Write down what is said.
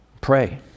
pray